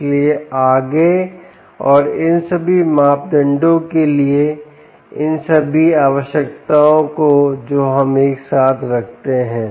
इसलिएआगे और इन सभी मापदंडों के लिए इन सभी आवश्यकताओं को जो हम एक साथ रखते हैं